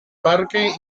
parque